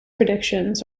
predictions